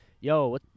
yo